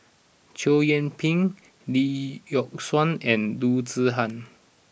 Chow Yian Ping Lee Yock Suan and Loo Zihan